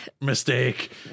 mistake